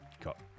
Got